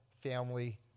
family